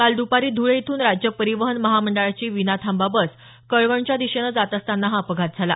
काल दुपारी धुळे इथून राज्य परिवहन महामंडळाची विनाथांबा बस कळवणच्या दिशेनं जात असताना हा अपघात झाला